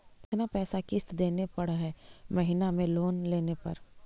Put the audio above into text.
कितना पैसा किस्त देने पड़ है महीना में लोन लेने पर?